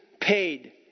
paid